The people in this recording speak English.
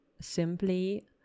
simply